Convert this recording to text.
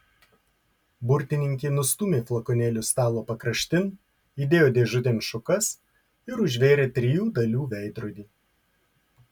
burtininkė nustūmė flakonėlius stalo pakraštin įdėjo dėžutėn šukas ir užvėrė trijų dalių veidrodį